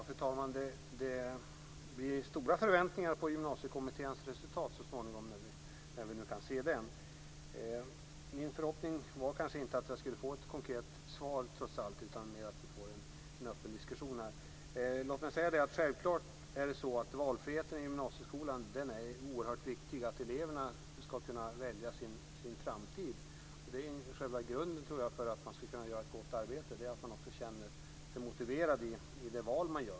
Fru talman! Det blir stora förväntningar på Gymnasiekommitténs resultat så småningom. Min förhoppning var kanske trots allt inte att jag skulle få ett konkret svar utan mer att vi får en öppen diskussion. Låt mig säga att det självklart är så att valfriheten i gymnasieskolan är oerhört viktig. Eleverna ska kunna välja sin framtid. Jag tror att själva grunden för att man ska kunna göra ett gott arbete är att man också känner sig motiverad i de val man gör.